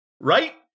Right